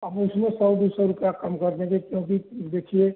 अब उसमें सौ दो सौ रुपये कम कर देंगे क्योंकि देखिए